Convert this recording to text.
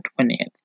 20th